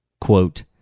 Quote